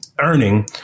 earning